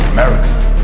Americans